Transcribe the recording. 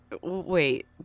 Wait